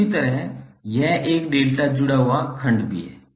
और इसी तरह यह एक डेल्टा जुड़ा हुआ खंड भी है